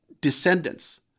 descendants